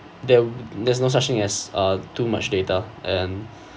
there there's no such thing as uh too much data and